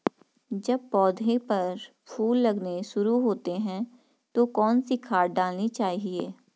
जब पौधें पर फूल लगने शुरू होते हैं तो कौन सी खाद डालनी चाहिए?